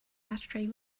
ashtray